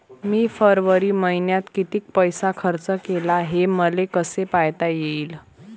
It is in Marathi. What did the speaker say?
मी फरवरी मईन्यात कितीक पैसा खर्च केला, हे मले कसे पायता येईल?